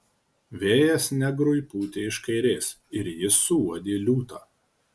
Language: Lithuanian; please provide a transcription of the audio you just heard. vėjas negrui pūtė iš kairės ir jis suuodė liūtą